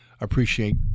appreciate